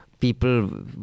People